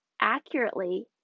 accurately